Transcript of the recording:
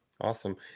Awesome